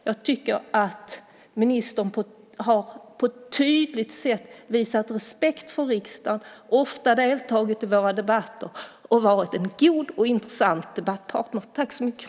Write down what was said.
Jag tycker att ministern på ett tydligt sätt har visat respekt för riksdagen, ofta deltagit i våra debatter och varit en god och intressant debattpartner. Tack så mycket!